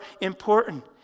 important